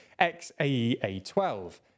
XAEA12